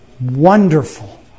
wonderful